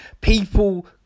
People